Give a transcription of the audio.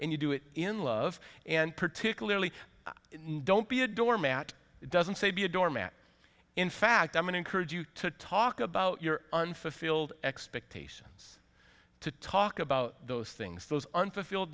and you do it in love and particularly in don't be a doormat it doesn't say be a doormat in fact i'm going encourage you to talk about your unfulfilled expectations to talk about those things those unfulfilled